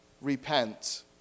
Repent